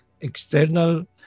external